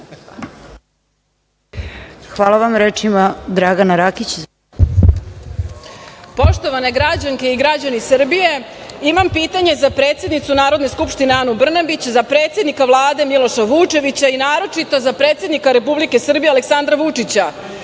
Dragana Rakić. **Dragana Rakić** Poštovane građanke i građani Srbije, imam pitanje za predsednicu Narodne skupštine, Anu Brnabić, za predsednika Vlade, Miloša Vučevića i naročito za predsednika Republike Srbije, Aleksandra Vučića,